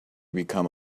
become